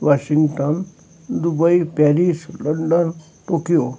Washington Dubai Paris London Tokyo